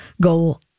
go